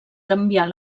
canviar